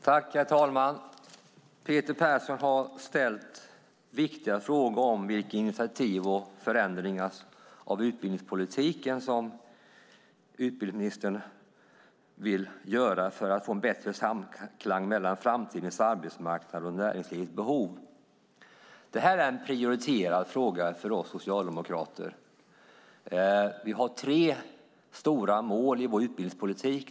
Herr talman! Peter Persson har ställt viktiga frågor om vilka initiativ och förändringar av utbildningspolitiken som utbildningsministern vill göra för att få bättre samklang mellan framtidens arbetsmarknad och näringslivets behov. Det här är en prioriterad fråga för oss socialdemokrater. Vi har tre stora mål i vår utbildningspolitik.